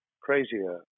crazier